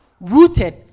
rooted